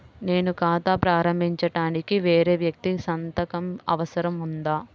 నేను ఖాతా ప్రారంభించటానికి వేరే వ్యక్తి సంతకం అవసరం ఉందా?